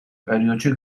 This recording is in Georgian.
პერიოდში